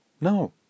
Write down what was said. No